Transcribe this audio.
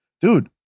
dude